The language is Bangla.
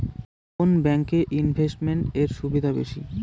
কোন ব্যাংক এ ইনভেস্টমেন্ট এর সুবিধা বেশি?